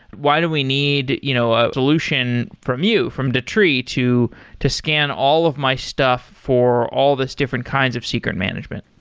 why do we need you know a solution from you, from datree, to to scan all of my stuff for all these different kinds of secret management?